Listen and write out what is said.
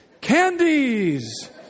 Candies